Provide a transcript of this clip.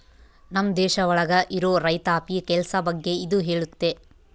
ನಮ್ ದೇಶ ಒಳಗ ಇರೋ ರೈತಾಪಿ ಕೆಲ್ಸ ಬಗ್ಗೆ ಇದು ಹೇಳುತ್ತೆ